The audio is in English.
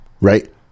Right